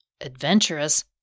adventurous